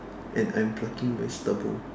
and I'm plucking my stubble